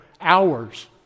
hours